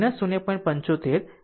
75 કહ્યું છે